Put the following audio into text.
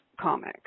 comics